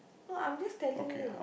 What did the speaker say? no I'm just telling you